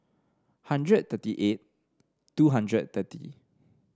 hundred thirty eight two hundred thirty